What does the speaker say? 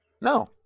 No